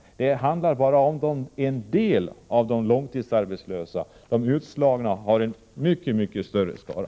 Sådana åtgärder handlar bara om en del av de långtidsarbetslösa. De utslagna är en mycket större skara.